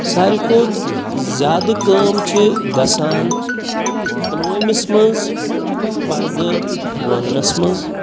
ساروی کھۄتہ زیاد کٲم چِھ گَژھان پُلوٲمِس منٛز پَرد وَننَس منٛز